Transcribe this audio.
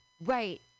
Right